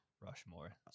Rushmore